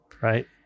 Right